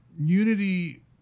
Unity